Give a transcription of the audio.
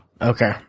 Okay